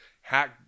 hack